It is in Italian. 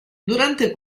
durante